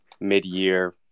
mid-year